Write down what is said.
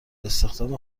استخدام